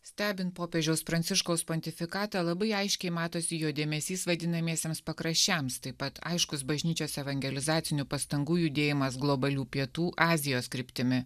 stebint popiežiaus pranciškaus pontifikatą labai aiškiai matosi jo dėmesys vadinamiesiems pakraščiams taip pat aiškus bažnyčios evangelizacinių pastangų judėjimas globalių pietų azijos kryptimi